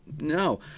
no